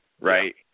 Right